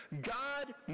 God